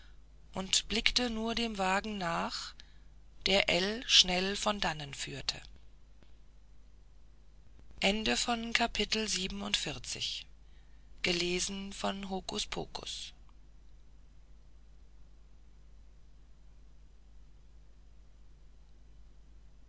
und blickte nur dem wagen nach der ell schnell von dannen führte